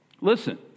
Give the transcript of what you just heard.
Listen